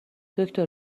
دکتر